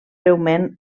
breument